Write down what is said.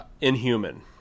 inhuman